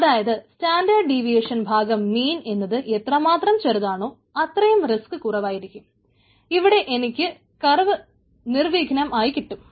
അതായത് standard deviation നിർവിഘ്നം ആയി കിട്ടും